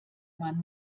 man